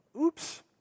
Oops